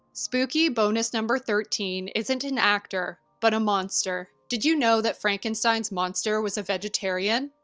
spooky bonus number thirteen isn't an actor, but a monster. did you know that frankenstein's monster was a vegetarian?